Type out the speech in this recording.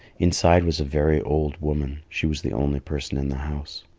inside was a very old woman she was the only person in the house.